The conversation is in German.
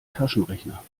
taschenrechner